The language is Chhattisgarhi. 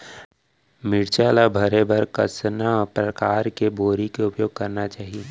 मिरचा ला भरे बर कइसना परकार के बोरी के उपयोग करना चाही?